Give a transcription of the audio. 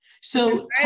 So-